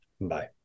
Bye